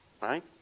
right